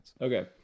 Okay